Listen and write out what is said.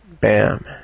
bam